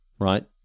right